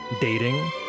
dating